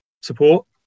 support